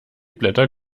blätter